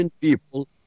people